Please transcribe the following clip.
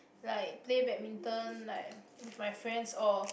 like play badminton like with my friends or